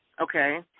Okay